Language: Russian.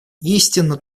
истинно